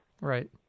Right